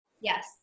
Yes